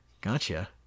Gotcha